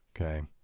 okay